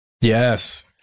Yes